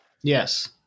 yes